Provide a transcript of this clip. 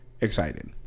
Excited